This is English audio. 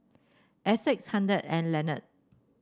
Essex Haden and Lenard